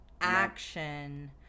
action